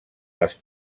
les